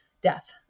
death